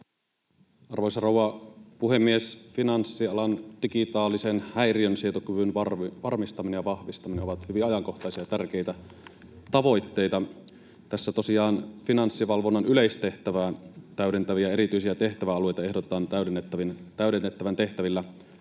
Arvoisa rouva puhemies! Finanssialan digitaalisen häiriönsietokyvyn varmistaminen ja vahvistaminen ovat hyvin ajankohtaisia ja tärkeitä tavoitteita. Tässä tosiaan Finanssivalvonnan yleistehtävää täydentäviä erityisiä tehtäväalueita ehdotetaan täydennettävän esimerkiksi